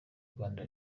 rwanda